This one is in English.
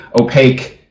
opaque